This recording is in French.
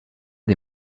des